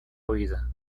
huida